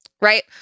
right